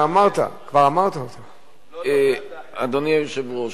אדוני היושב-ראש,